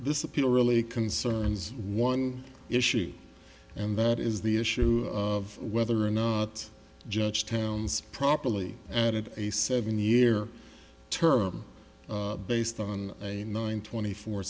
this appeal really concerns one issue and that is the issue of whether or not judge towns properly added a seven year term based on a nine twenty four